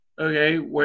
okay